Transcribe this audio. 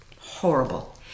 horrible